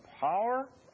power